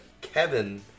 kevin